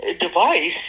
device